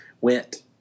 went